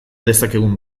dezakegun